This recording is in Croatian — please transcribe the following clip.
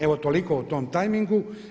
Evo toliko o tom tajmingu.